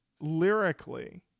Lyrically